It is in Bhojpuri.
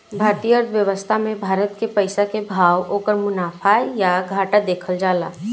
भारतीय अर्थव्यवस्था मे भारत के पइसा के भाव, ओकर मुनाफा या घाटा देखल जाता